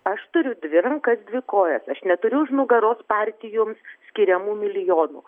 aš turiu dvi rankas dvi kojas aš neturiu už nugaros partijoms skiriamų milijonų